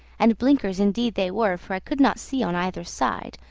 and blinkers indeed they were, for i could not see on either side,